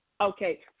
Okay